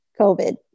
covid